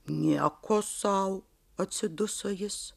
nieko sau atsiduso jis